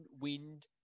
wind